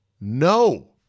no